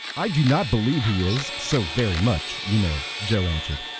i do not believe he is so very much, you know, joe answered.